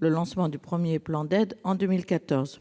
lancement du premier plan d'aide, en 2014.